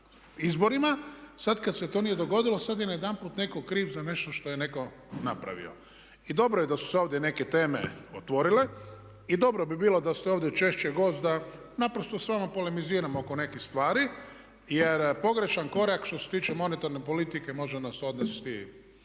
izborima. Sad kad se to nije dogodilo sad je najedanput netko kriv za nešto što je netko napravio. I dobro je da su se ovdje neke teme otvorile i dobro bi bilo da ste ovdje češće gost da naprosto s vama polemiziramo oko nekih stvari jer pogrešan korak što se tiče monetarne politike može nas odvesti